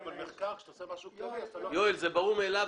זה ברור מאליו.